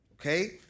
okay